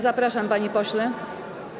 Zapraszam, panie pośle.